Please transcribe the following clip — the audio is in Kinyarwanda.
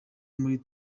muri